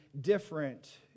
different